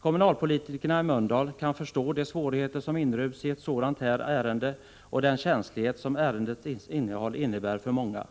Kommunalpolitikerna i Mölndal kan förstå de svårigheter som är förknippade med ett sådant här ärende och den för många känsliga karaktär som det har,